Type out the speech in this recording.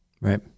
right